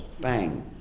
bang